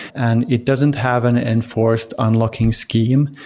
and it doesn't have an enforced unlocking scheme.